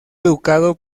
educado